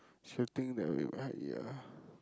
shooting the ya